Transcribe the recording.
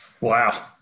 wow